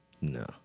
No